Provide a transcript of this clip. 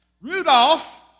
Rudolph